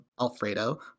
Alfredo